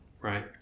Right